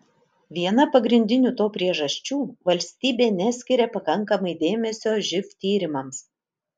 viena pagrindinių to priežasčių valstybė neskiria pakankamai dėmesio živ tyrimams